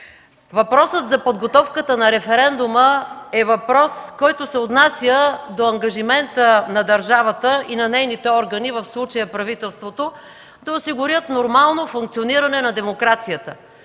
Въпросът за подготовката на референдума е въпрос, който се отнася до ангажимента на държавата и на нейните органи, в случая правителството, да осигурят нормално функциониране на демокрацията.